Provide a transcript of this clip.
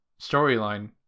storyline